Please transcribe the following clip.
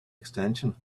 extension